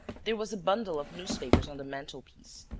there was a bundle of newspapers on the mantel-piece.